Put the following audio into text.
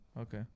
Okay